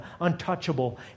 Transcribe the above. untouchable